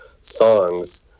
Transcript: songs